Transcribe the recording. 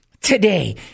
today